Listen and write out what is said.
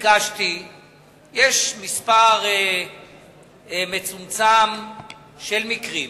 יש מספר מצומצם של מקרים